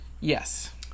yes